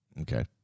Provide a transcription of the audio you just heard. Okay